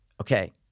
okay